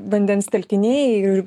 vandens telkiniai ir